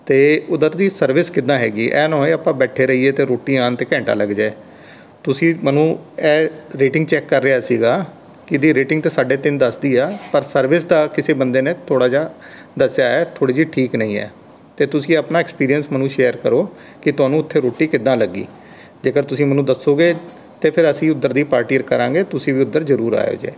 ਅਤੇ ਉੱਧਰ ਦੀ ਸਰਵਿਸ ਕਿੱਦਾਂ ਹੈਗੀ ਐਂ ਨਾ ਹੋਏ ਆਪਾਂ ਬੈਠੇ ਰਹੀਏ ਅਤੇ ਰੋਟੀ ਆਉਣ 'ਤੇ ਘੰਟਾ ਲੱਗ ਜੇ ਤੁਸੀਂ ਮੈਨੂੰ ਐਂ ਰੇਟਿੰਗ ਚੈੱਕ ਕਰ ਰਿਹਾ ਸੀਗਾ ਇਹਦੀ ਰੇਟਿੰਗ ਤਾਂ ਸਾਢੇ ਤਿੰਨ ਦੱਸਦੀ ਆ ਪਰ ਸਰਵਿਸ ਤਾਂ ਕਿਸੇ ਬੰਦੇ ਨੇ ਥੋੜ੍ਹਾ ਜਿਹਾ ਦੱਸਿਆ ਹੈ ਥੋੜ੍ਹੀ ਜੀ ਠੀਕ ਨਹੀ ਏ ਅਤੇ ਤੁਸੀਂ ਆਪਣਾ ਐੱਕਸਪੀਰੀਐਂਸ ਮੈਨੂੰ ਸ਼ੇਅਰ ਕਰੋ ਕਿ ਤੁਹਾਨੂੰ ਉੱਥੇ ਰੋਟੀ ਕਿੱਦਾਂ ਲੱਗੀ ਜੇਕਰ ਤੁਸੀਂ ਮੈਨੂੰ ਦੱਸੋਗੇ ਤਾਂ ਫਿਰ ਅਸੀਂ ਉੱਧਰ ਦੀ ਪਾਰਟੀ ਰ ਕਰਾਂਗੇ ਤੁਸੀਂ ਵੀ ਉੱਧਰ ਜ਼ਰੂਰ ਆਇਓ ਜੀ